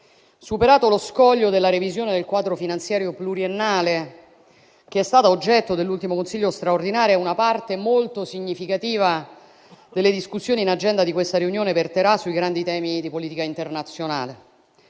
Superato lo scoglio della revisione del quadro finanziario pluriennale, che è stata oggetto dell'ultimo Consiglio straordinario, una parte molto significativa delle discussioni in agenda di questa riunione verterà sui grandi temi di politica internazionale.